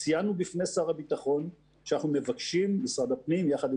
ציינו בפני שר הביטחון שאנחנו מבקשים משרד הפנים יחד עם